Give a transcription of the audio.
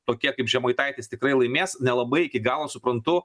tokie kaip žemaitaitis tikrai laimės nelabai iki galo suprantu